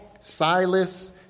Silas